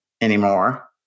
anymore